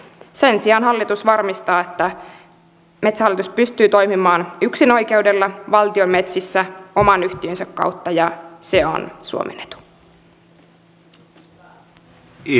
sen sijaan hallitus varmistaa että metsähallitus pystyy toimimaan yksinoikeudella valtion metsissä oman yhtiönsä kautta ja se on suomen etu